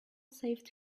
saved